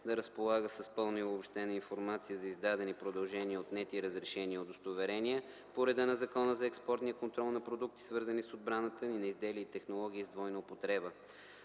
да разполага с пълна и обобщена информация за издадени, продължени и отнети разрешения и удостоверения по реда на Закона за експортния контрол на продукти, свързани с отбраната и на изделия и технологии с двойна употреба.